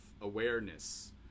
awareness